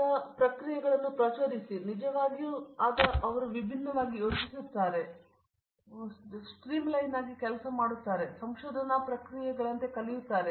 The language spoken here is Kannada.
ಪ್ರತಾಪ್ ಹರಿಡೋಸ್ ಆ ಪ್ರಕ್ರಿಯೆಗಳನ್ನು ಪ್ರಚೋದಿಸಿ ಮತ್ತು ಅವರು ನಿಜವಾಗಿಯೂ ನಿಮ್ಮಿಂದ ವಿಭಿನ್ನವಾಗಿ ಯೋಚಿಸುತ್ತಿದ್ದಾರೆ ಎಂಬ ಅರ್ಥವನ್ನು ನೀಡುತ್ತದೆ ಅದು ನಿಮಗೆ ಒಂದು ಸ್ಟ್ರೀಮ್ ಲೈನ್ ಆಗಿರುತ್ತದೆ ಎಂದು ತಿಳಿದಿರುವಿರಿ ಮತ್ತು ನಂತರ ಅವುಗಳು ಸಂಶೋಧನಾ ಪ್ರಕ್ರಿಯೆಗಳಂತೆ ಕಲಿಯುತ್ತಿದ್ದಾರೆ